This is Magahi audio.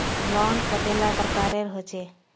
लोन कतेला प्रकारेर होचे?